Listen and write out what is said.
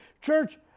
Church